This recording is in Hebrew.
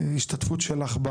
סומכת על